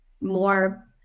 More